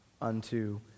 unto